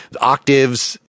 octaves